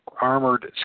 armored